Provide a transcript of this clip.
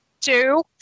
two